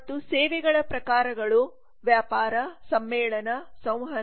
ಮತ್ತು ಸೇವೆಗಳ ಪ್ರಕಾರಗಳು ವ್ಯಾಪಾರ ಸಮ್ಮೇಳನ ಸಂವಹನ ಮತ್ತು ಪ್ರಯಾಣ ಸೇವೆಗಳು ಆಗಿವೆ